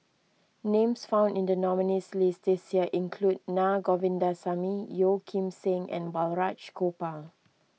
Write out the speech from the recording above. names found in the nominees' list this year include Naa Govindasamy Yeo Kim Seng and Balraj Gopal